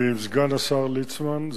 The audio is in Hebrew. ועם סגן השר ליצמן.